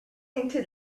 into